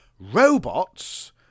Robots